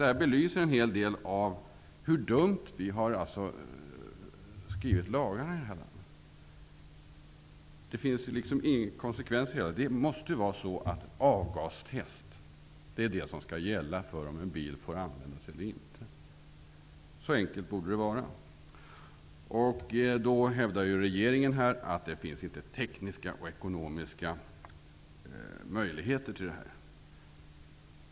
Detta belyser hur dumt vi har skrivit lagarna i det här landet. Det finns ingen konsekvens i det hela. Det måste vara avgastest som avgör om en bil får användas eller inte. Så enkelt borde det vara. Regeringen hävdar att det inte finns tekniska och ekonomiska möjligheter att göra detta.